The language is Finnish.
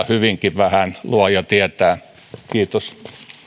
hyvinkin vähän luoja tietää kiitos